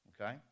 okay